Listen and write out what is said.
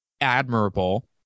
admirable